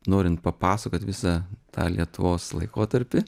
norint papasakot visą tą lietuvos laikotarpį